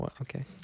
Okay